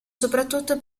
soprattutto